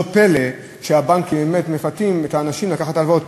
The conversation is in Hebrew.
לא פלא שהבנקים באמת מפתים את האנשים לקחת הלוואות.